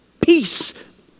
peace